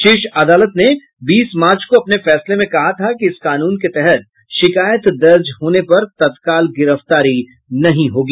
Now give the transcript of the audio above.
शीर्ष अदालत ने बीस मार्च को अपने फैसले में कहा था कि इस कानून के तहत शिकायत दर्ज होने पर तत्काल गिरफ्तारी नहीं होगी